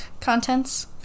contents